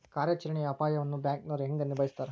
ಕಾರ್ಯಾಚರಣೆಯ ಅಪಾಯವನ್ನ ಬ್ಯಾಂಕನೋರ್ ಹೆಂಗ ನಿಭಾಯಸ್ತಾರ